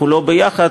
כולו ביחד,